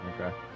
Okay